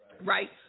right